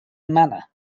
manner